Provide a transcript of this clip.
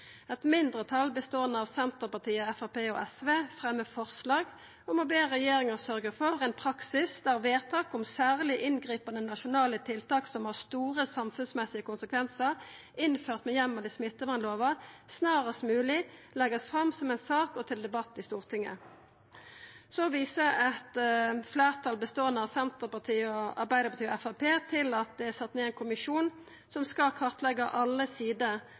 Eit mindretal, som består av Senterpartiet, Framstegspartiet og SV, fremjar forslag om å be regjeringa sørgja for ein praksis der vedtak om særleg inngripande nasjonale tiltak som har store samfunnsmessige konsekvensar, og som er innførte med heimel i smittevernlova, snarast mogleg vert lagde fram som sak og til debatt i Stortinget. Eit fleirtal, som består av Senterpartiet, Arbeidarpartiet og Framstegspartiet, viser til at det er sett ned ein kommisjon som skal kartleggja alle sider